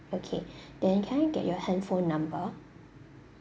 okay then can I get your handphone number